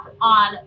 on